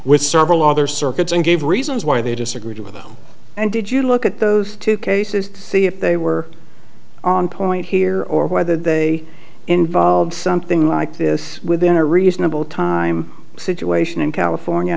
with several other circuits and gave reasons why they disagreed with them and did you look at those two cases see if they were on point here or whether they involved something like this within a reasonable time situation in california i